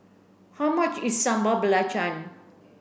how much is Sambal